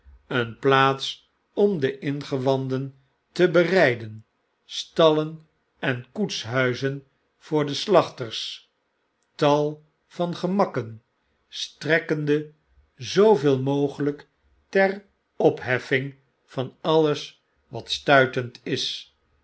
een plaats omde ingewanden te bereiden stallen en koetshuizen voor de slachters tal van gemakken strekkende zooveel mogelijk ter opheffing van alles wat stuitend is